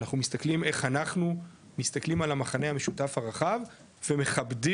מסתכלים איך אנחנו מסתכלים על המכנה המשותף הרחב ומכבדים